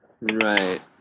Right